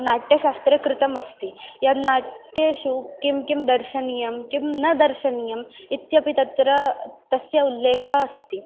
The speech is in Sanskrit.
नाट्यशास्त्रे कृतमस्ति यद् नाट्येषु किं किं दर्शनीयं किं न दर्शनीयम् इत्यपि तत्र तस्य उल्लेखः अस्ति